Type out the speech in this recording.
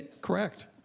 Correct